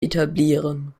etablieren